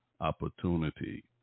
opportunity